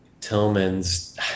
Tillman's